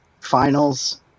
Finals